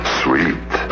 sweet